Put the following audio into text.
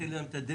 אתה מסיים?